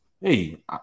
hey